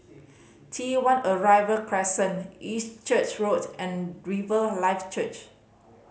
T One Arrival Crescent East Church Road and Riverlife Church